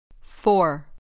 Four